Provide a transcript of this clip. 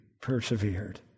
persevered